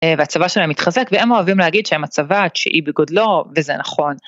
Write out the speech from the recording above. והצבא שלה מתחזק, והם אוהבים להגיד שהם הצבא, שהיא בגודלו וזה נכון.